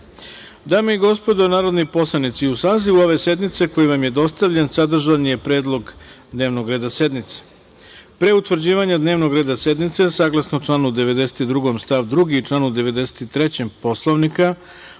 i gospodo narodni poslanici, u sazivu ove sednice koji vam je dostavljen sadržan je predlog dnevnog reda sednice. Pre utvrđivanja dnevnog reda sednice, saglasno članu 92. stav 2. i članu 93. Poslovnika,